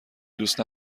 دوست